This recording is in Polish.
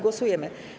Głosujemy.